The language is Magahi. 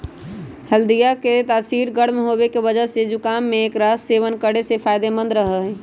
हल्दीया के तासीर गर्म होवे के वजह से जुकाम में एकरा सेवन करे से फायदेमंद रहा हई